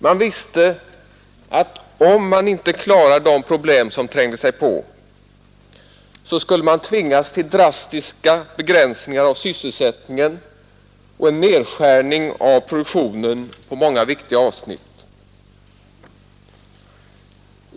Man visste att om man inte klarade de problem som trängde sig på, skulle man tvingas till drastiska begränsningar av sysselsättningen och nedskärning av produktionen på många viktiga avsnitt.